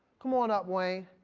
come on up, wayne.